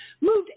Moved